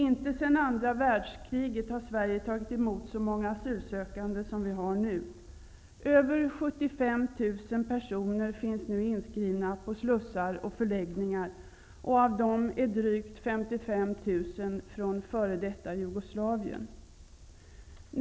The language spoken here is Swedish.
Inte sedan andra världskriget har Sverige tagit emot så många asylsökande som nu. Över 75 000 personer finns inskrivna på slussar och förläggningar, och av dem är drygt 55 000 personer från f.d. Jugoslavien.